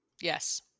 Yes